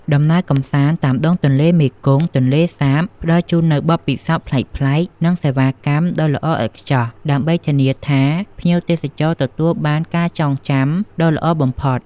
ដំណើរកម្សាន្តតាមដងទន្លេមេគង្គ-ទន្លេសាប ផ្តល់ជូននូវបទពិសោធន៍ប្លែកៗ និងសេវាកម្មដ៏ល្អឥតខ្ចោះដើម្បីធានាថា ភ្ញៀវទេសចរទទួលបានការចងចាំដ៏ល្អបំផុត។